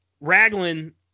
Raglan